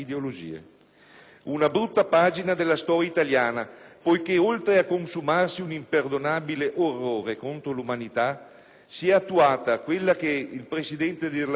Una brutta pagina della storia italiana, poiché oltre a consumarsi un imperdonabile orrore contro l'umanità, si è attuata quella che il Presidente della Repubblica